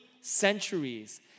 centuries